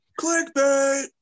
Clickbait